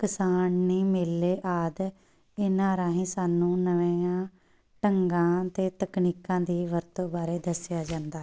ਕਿਸਾਨੀ ਮੇਲੇ ਆਦਿ ਇਹਨਾਂ ਰਾਹੀਂ ਸਾਨੂੰ ਨਵਿਆਂ ਢੰਗਾਂ ਅਤੇ ਤਕਨੀਕਾਂ ਦੀ ਵਰਤੋਂ ਬਾਰੇ ਦੱਸਿਆ ਜਾਂਦਾ ਹੈ